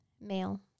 male